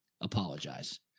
apologize